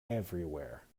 everywhere